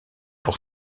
pour